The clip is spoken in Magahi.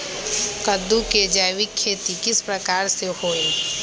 कददु के जैविक खेती किस प्रकार से होई?